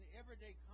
everyday